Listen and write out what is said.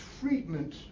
treatment